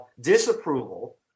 disapproval